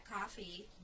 coffee